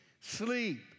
sleep